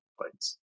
plates